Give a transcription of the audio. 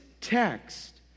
text